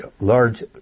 large